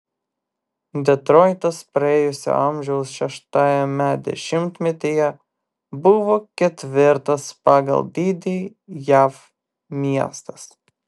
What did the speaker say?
detroitas praėjusio amžiaus šeštajame dešimtmetyje buvo ketvirtas pagal dydį jav miestas